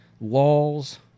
laws